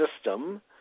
system